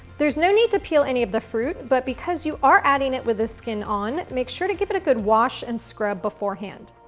there's no need to peel any of the fruit, but because you are adding it with the skin on, make sure to give it a good wash and scrub beforehand.